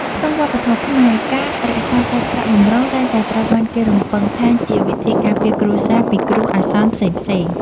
ក្នុងវប្បធម៌ខ្មែរ ការរក្សាសាច់ប្រាក់បម្រុងតែងតែត្រូវបានគេរំពឹងថាជាវិធីការពារគ្រួសារពីគ្រោះអាសន្នផ្សេងៗ។